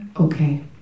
Okay